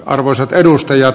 arvoisat edustajat